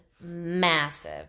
Massive